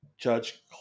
Judge